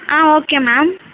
ah okay ma'am